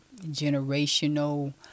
generational